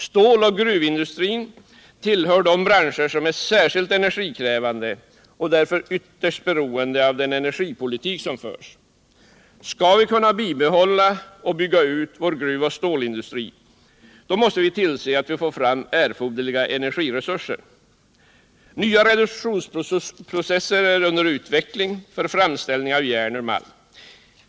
Ståloch gruvindustrin tillhör de branscher som är särskilt energikrävande och därför ytterst beroende av den energipolitik som förs. Skall vi kunna bibehålla och bygga ut vår gruvoch stålindustri måste vi tillse att vi får fram erforderliga energiresurser. Nya reduktionsprocesser är under utveckling för framställning av järn ur malm.